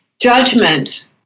judgment